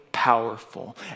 Powerful